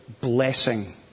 blessing